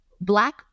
Black